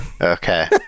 Okay